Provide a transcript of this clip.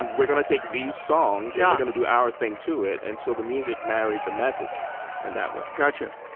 we're going to take these songs. y'all are going to do our thing to it. and so the music married the message in that way gotcha.